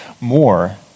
more